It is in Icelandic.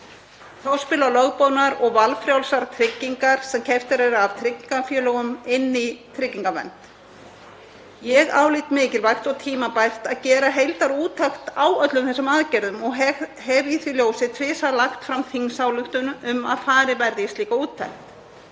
Þá spila lögboðnar og valfrjálsar tryggingar sem keyptar eru af tryggingafélögum inn í tryggingavernd. Ég álít mikilvægt og tímabært að gera heildarúttekt á öllum þessum aðgerðum og hef í því ljósi tvisvar lagt fram þingsályktunartillögu um að farið verði í slíka úttekt.